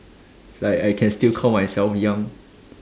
if I can still call myself young